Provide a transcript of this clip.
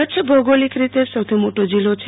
કચ્છ ભૌગોલિક રીતે સૌથી મોટો જિલ્લો છે